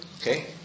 Okay